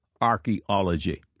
archaeology